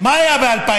מה היה ב-2003?